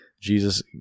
Jesus